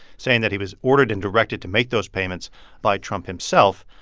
saying that he was ordered and directed to make those payments by trump himself.